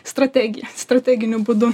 strategija strateginiu būdu